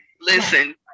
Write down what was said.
Listen